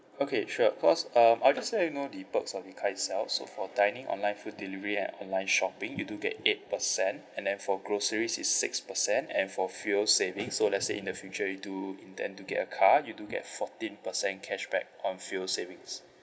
okay sure cause um I'll just let you know the perks of the card itself so for dining online food delivery and online shopping you do get eight percent and then for groceries is six percent and for fuel savings so let's say in the future you do intend to get a car you do get fourteen percent cashback on fuel savings